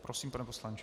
Prosím, pane poslanče.